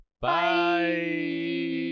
Bye